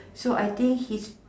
so I think he